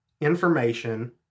information